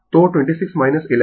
तो 26 11 point r39